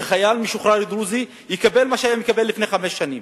שחייל משוחרר דרוזי יקבל מה שהיה מקבל לפני חמש שנים,